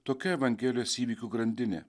tokia evangelijos įvykių grandinė